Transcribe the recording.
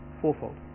fourfold